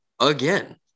again